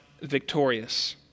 victorious